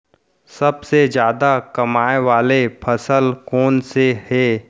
सबसे जादा कमाए वाले फसल कोन से हे?